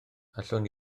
allwn